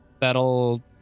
That'll